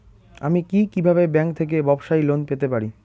আমি কি কিভাবে ব্যাংক থেকে ব্যবসায়ী লোন পেতে পারি?